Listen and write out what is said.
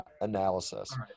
analysis